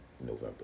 November